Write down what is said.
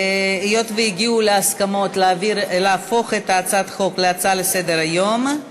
היות שהגיעו להסכמות להפוך את הצעת החוק להצעה לסדר-היום,